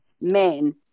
men